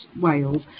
Wales